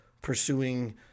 pursuing